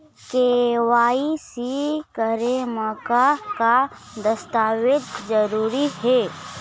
KYC करे म का का दस्तावेज जरूरी हे?